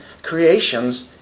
creations